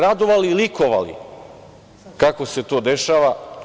Radovali su se i likovali kako se to dešava.